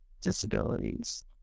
disabilities